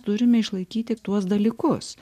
turime išlaikyti tuos dalykus